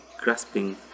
grasping